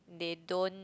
they don't